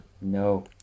No